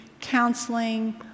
counseling